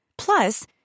Plus